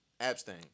Abstain